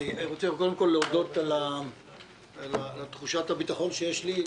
אני רוצה קודם כול להודות על תחושת הביטחון שיש לי,